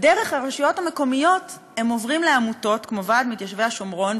דרך הרשויות המקומיות הם עוברים לעמותות כמו ועד מתיישבי השומרון,